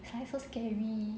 it's so scary